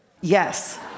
Yes